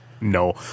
no